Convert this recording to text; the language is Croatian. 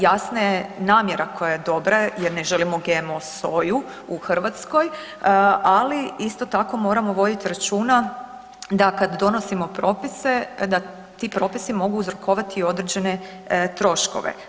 Jasno je, namjera koja je dobra jer ne želimo GMO soju u Hrvatsko ali isto tako moramo voditi računa da kad donosimo propise da ti propisi mogu uzrokovati i određene troškove.